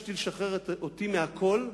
ביקשתי לשחרר אותי מהכול.